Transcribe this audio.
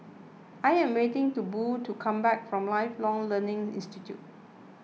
I am waiting for Bo to come back from Lifelong Learning Institute